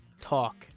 talk